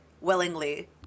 willingly